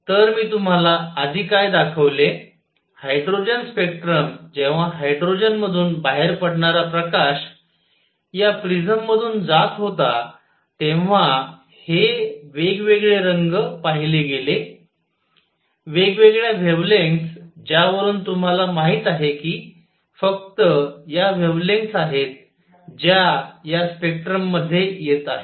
तर मी तुम्हाला आधी काय दाखवले हायड्रोजन स्पेक्ट्रम जेव्हा हायड्रोजनमधून बाहेर पडणारा प्रकाश या प्रिझममधून जात होता तेव्हा हे वेगवेगळे रंग पाहिले गेले वेगवेगळ्या वेव्हलेंग्थस ज्यावरून तुम्हाला माहित आहे की फक्त या वेव्हलेंग्थस आहेत ज्या या स्पेक्ट्रम मध्ये येत आहेत